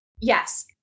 Yes